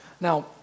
Now